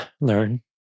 learn